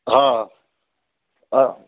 हा हा